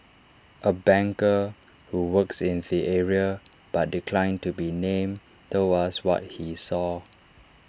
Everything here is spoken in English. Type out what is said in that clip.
A banker who works in the area but declined to be named told us what he saw